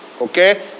Okay